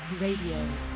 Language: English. radio